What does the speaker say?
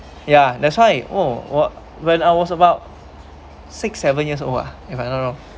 ya that's why oh whe~ when I was about six seven years old ah if I'm not wrong